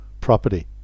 property